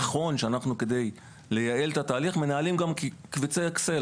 נכון שכדי לייעל את התהליך אנחנו מנהלים גם קבצי אקסל.